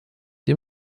dem